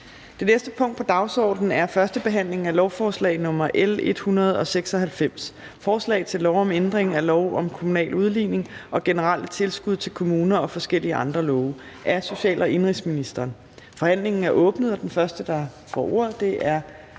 Det næste punkt på dagsordenen er: 19) 1. behandling af lovforslag nr. L 196: Forslag til lov om ændring af lov om kommunal udligning og generelle tilskud til kommuner og forskellige andre love. (Reform af udligningssystemet). Af social- og indenrigsministeren (Astrid Krag).